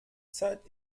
zeit